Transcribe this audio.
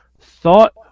thought